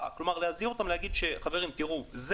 לחברות האלה ולהזהיר אותם ולהגיד: חברים,